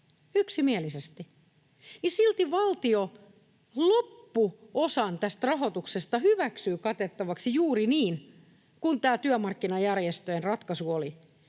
yksimielisesti — silti valtio loppuosan tästä rahoituksesta hyväksyy katettavaksi juuri niin kuin tämä työmarkkinajärjestöjen ratkaisu oli.